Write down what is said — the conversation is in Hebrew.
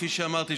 כפי שאמרתי,